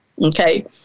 okay